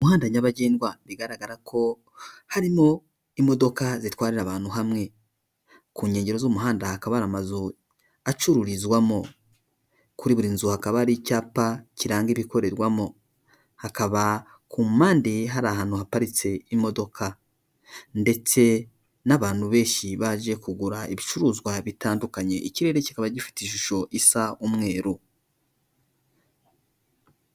Umuhandada nyabagendwa bigaragara ko harimo imodoka zitwarira abantu hamwe ku nkengero z'umuhanda hakaba ari amazu acururizwamo kuri buri nzu hakaba hari icyapa kiranga ibikorerwamo hakaba ku mpande hari ahantu haparitse imodoka ndetse n'abantu benshi baje kugura ibicuruzwa bitandukanye ikirere kikaba gifite ishusho isa umweru.